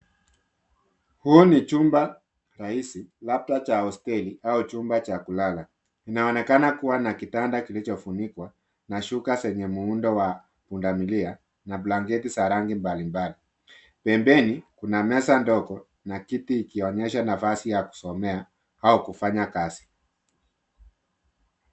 Huu ni chumba rahisi labda cha hosteli au chumba cha kulala. Kinaonekana kuwa na kitanda kilicho funikwa na shuka zenye muundo wa punda milia na blanketi za rangi mbali mbali. Pembeni kuna meza ndogo na kiti ikionyesha nafasi ya kusomea au kufanya kazi.